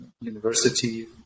university